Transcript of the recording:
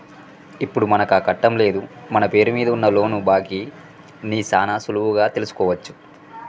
ఇప్పుడు మనకాకట్టం లేదు మన పేరు మీద ఉన్న లోను బాకీ ని సాన సులువుగా తెలుసుకోవచ్చు